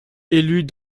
élus